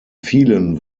vielen